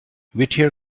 whittier